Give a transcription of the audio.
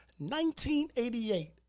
1988